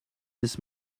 this